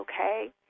okay